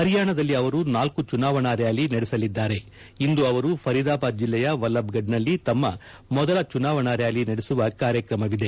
ಹರಿಯಾಣದಲ್ಲಿ ಅವರು ನಾಲ್ನು ಚುನಾವಣಾ ರ್ನಾಲಿ ನಡೆಸಲಿದ್ದಾರೆ ಇಂದು ಅವರು ಫರೀದಾಬಾದ್ ಜಿಲ್ಲೆಯ ವಲ್ಲಭ್ಗಢ್ನಲ್ಲಿ ತಮ್ನ ಮೊದಲ ಚುನಾವಣಾ ರ್ವಾಲಿ ನಡೆಸುವ ಕಾರ್ಯಕ್ರಮವಿದೆ